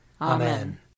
Amen